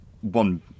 One